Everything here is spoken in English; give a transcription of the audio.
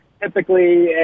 Typically